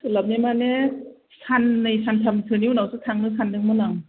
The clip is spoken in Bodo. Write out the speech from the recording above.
सोलाबनो मानि सान्नै सान्थामनि उनावसो थांनो सान्दोंमोन आं